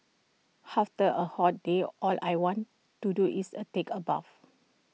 after A hot day all I want to do is A take A bath